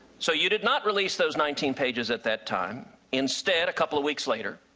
so you did not release those nineteen pages at that time. instead, a couple of weeks later,